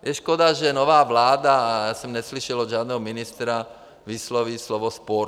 Je škoda, že nová vláda já jsem neslyšel od žádného ministra vyslovit slovo sport.